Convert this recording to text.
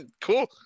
Cool